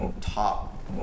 top